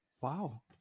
wow